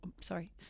Sorry